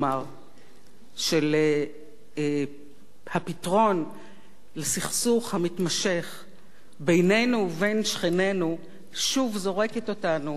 של הפתרון לסכסוך המתמשך בינינו ובין שכנינו שוב זורקת אותנו לרגרסיה,